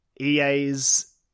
EA's